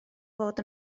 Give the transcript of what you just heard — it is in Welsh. fod